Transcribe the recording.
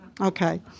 Okay